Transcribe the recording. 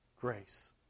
grace